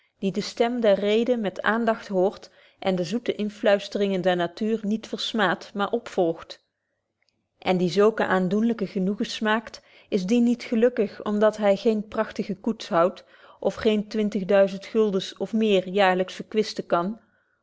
die de stem der reden met aandagt hoort en de zoete inluisteringen der natuur niet verbetje wolff proeve over de opvoeding smaad maar opvolgt en die zulke aandoenlyke genoegens smaakt is die niet gelukkig om dat hy geen prachtige koets houdt of geen twintig duizend guldens of meer jaarlyks verkwisten kan